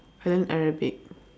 I learn Arabic